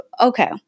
okay